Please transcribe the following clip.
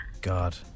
God